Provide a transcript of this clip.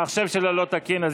המחשב שלו לא תקין.